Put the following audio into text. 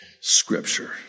scripture